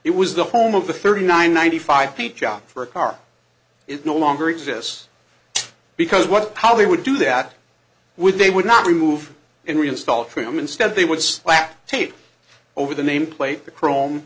it was the home of the thirty nine ninety five p job for a car is no longer exists because what how they would do that with they would not remove and reinstall from them instead they would slap tape over the name plate the chrome